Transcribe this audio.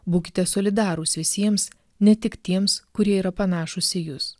būkite solidarūs visiems ne tik tiems kurie yra panašūs į jus